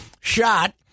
shot